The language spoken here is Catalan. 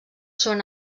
són